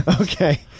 Okay